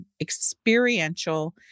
experiential